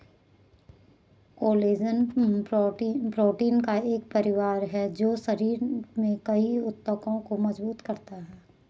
collagen protein का एक परिवार है जो शरीर में कई ऊतकों को मजबूत करता है